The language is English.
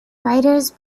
riders